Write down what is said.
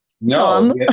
No